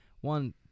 One